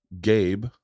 Gabe